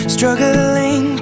Struggling